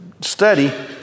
study